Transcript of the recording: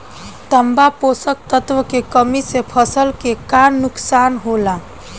तांबा पोषक तत्व के कमी से फसल के का नुकसान होला?